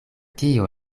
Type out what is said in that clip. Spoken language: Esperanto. kio